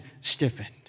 stiffened